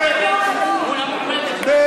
לא, לא.